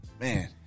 Man